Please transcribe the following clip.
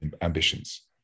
ambitions